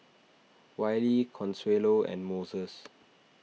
Wylie Consuelo and Moses